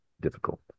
difficult